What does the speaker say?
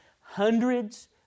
Hundreds